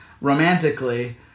romantically